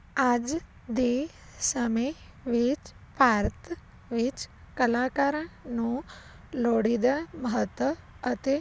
ਅੱਜ ਦੇ ਸਮੇਂ ਵਿੱਚ ਭਾਰਤ ਵਿੱਚ ਕਲਾਕਾਰਾਂ ਨੂੰ ਲੋਹੜੀ ਦਾ ਮਹੱਤਵ ਅਤੇ